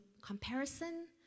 comparison